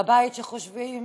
הבית שחושבים